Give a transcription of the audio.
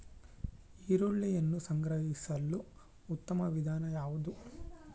ಈರುಳ್ಳಿಯನ್ನು ಸಂಗ್ರಹಿಸಲು ಉತ್ತಮ ವಿಧಾನ ಯಾವುದು?